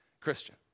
Christian